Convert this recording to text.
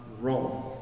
Rome